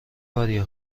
کاریه